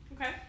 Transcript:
Okay